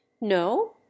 No